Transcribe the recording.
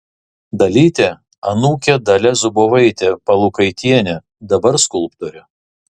dalytė anūkė dalia zubovaitė palukaitienė dabar skulptorė